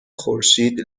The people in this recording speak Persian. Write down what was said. خورشید